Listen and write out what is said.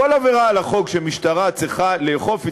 בכל עבירה על החוק שמשטרה צריכה לאכוף בה,